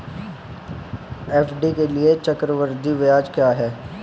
FD के लिए चक्रवृद्धि ब्याज क्या है?